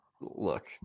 look